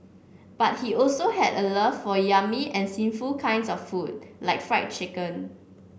but he also had a love for yummy and sinful kinds of food like fried chicken